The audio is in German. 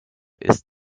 ist